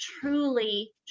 truly